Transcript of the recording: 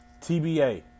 TBA